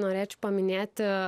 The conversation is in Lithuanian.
norėčiau paminėti